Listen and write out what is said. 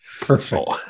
Perfect